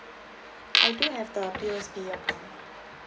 I do have the P_O_S_B account